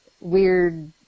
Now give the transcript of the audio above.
weird